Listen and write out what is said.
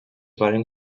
varen